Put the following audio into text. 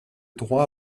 droit